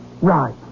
Right